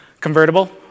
Convertible